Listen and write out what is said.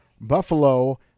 Buffalo